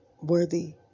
worthy